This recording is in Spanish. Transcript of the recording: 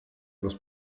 los